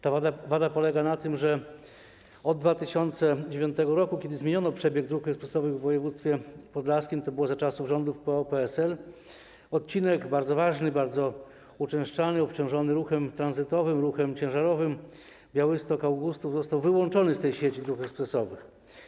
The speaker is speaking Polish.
Ta wada polega na tym, że od 2009 r., kiedy zmieniono przebieg dróg ekspresowych w województwie podlaskim - to było za czasów rządów PO-PSL - odcinek bardzo ważny, uczęszczany, obciążony ruchem tranzytowym, ruchem ciężarowym, Białystok - Augustów, został wyłączony z tej sieci dróg ekspresowych.